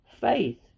faith